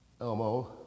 Elmo